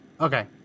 Okay